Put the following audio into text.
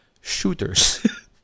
Shooters